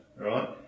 right